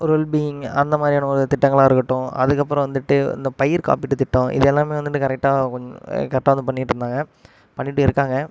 troll பீயிங் அந்தமாதிரியான ஒரு திட்டங்களாக இருக்கட்டும் அதுக்கு அப்பறம் வந்துட்டு இந்த பயிர் காப்பீட்டு திட்டம் இது எல்லாமே வந்துட்டு கரெக்டா கொஞ் கரெக்டா வந்து பண்ணிகிட்ருதாங்க பண்ணிகிட்டு இருக்காங்கள்